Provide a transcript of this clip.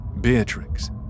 Beatrix